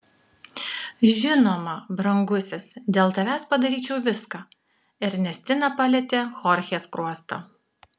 žinoma brangusis dėl tavęs padaryčiau viską ernestina palietė chorchės skruostą